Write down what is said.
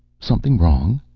something wrong?